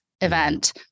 event